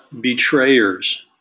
betrayers